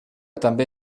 també